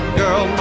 girl